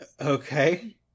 Okay